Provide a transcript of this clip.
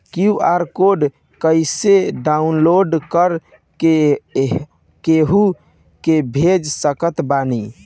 QR code कइसे download कर के केहु के भेज सकत बानी?